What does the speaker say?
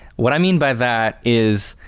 what i mean by that is,